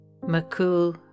Makul